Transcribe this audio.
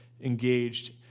engaged